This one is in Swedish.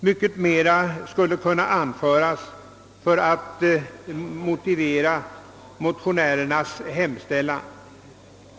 Mycket mera skulle kunna anföras för att motivera vår hemställan i motionen.